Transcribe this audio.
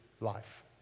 life